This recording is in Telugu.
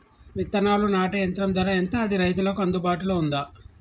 విత్తనాలు నాటే యంత్రం ధర ఎంత అది రైతులకు అందుబాటులో ఉందా?